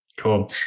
Cool